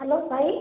hello ଭାଇ